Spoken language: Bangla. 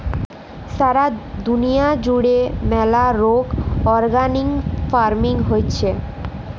সারা দুলিয়া জুড়ে ম্যালা রোক অর্গ্যালিক ফার্মিং হচ্যে